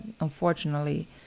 unfortunately